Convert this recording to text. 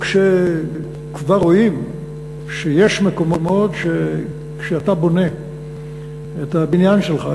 או שכבר רואים שיש מקומות שכשאתה בונה את הבניין שלך,